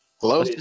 Hello